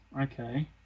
okay